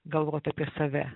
galvot apie save